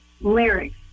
lyrics